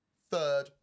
third